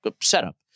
setup